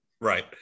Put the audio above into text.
Right